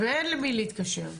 ואין למי להתקשר.